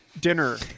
dinner